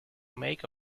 make